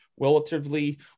relatively